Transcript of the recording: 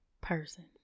person